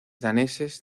daneses